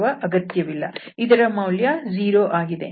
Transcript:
ಇದರ ಮೌಲ್ಯ 0 ಆಗಿದೆ